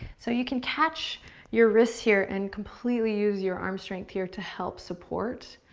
so you can catch your wrists here and completely use your arm strength here to help support.